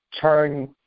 Turn